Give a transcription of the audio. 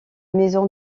maison